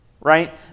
right